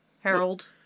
Harold